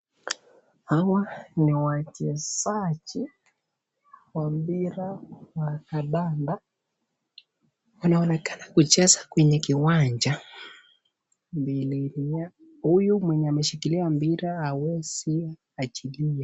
Hawa ni wachezaji wa mpira wa kandanda anaonekana kucheza kwenye kiwanja mbelini yao, huyu mwenye ameshikilia mpira hawezi anilia.